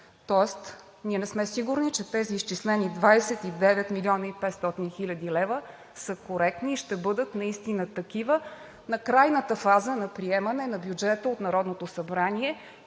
Тоест ние не сме сигурни, че тези изчислени 29 млн. 500 хил. лв. са коректни и ще бъдат наистина такива на крайната фаза на приемане на бюджета от Народното събрание,